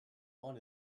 want